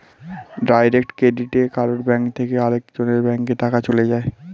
direct ক্রেডিটে কারুর bank থেকে আরেক জনের ব্যাংকে টাকা চলে যায়